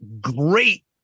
great